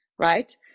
right